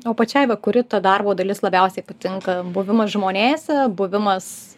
o pačiai va kuri ta darbo dalis labiausiai patinka buvimas žmonėse buvimas